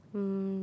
um